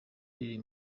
riri